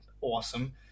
awesome